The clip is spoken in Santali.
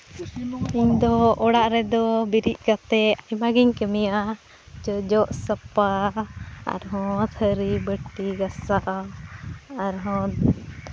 ᱤᱧᱫᱚ ᱚᱲᱟᱜ ᱨᱮᱫᱚ ᱵᱮᱨᱮᱫ ᱠᱟᱛᱮᱫ ᱟᱭᱢᱟ ᱜᱤᱧ ᱠᱟᱹᱢᱤᱭᱟ ᱡᱚᱫ ᱥᱟᱯᱷᱟ ᱟᱨᱦᱚᱸ ᱛᱷᱟᱹᱨᱤᱼᱵᱟᱹᱴᱤ ᱜᱟᱥᱟᱣ ᱟᱨᱦᱚᱸ